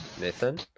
Nathan